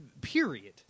period